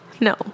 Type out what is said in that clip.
No